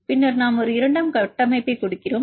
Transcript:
பின்னர் நாம் ஒரு இரண்டாம் கட்டமைப்பைக் கொடுக்கிறோம்